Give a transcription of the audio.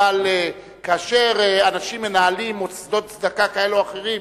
אבל כאשר אנשים מנהלים מוסדות צדקה כאלה ואחרים,